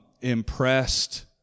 impressed